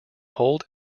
hold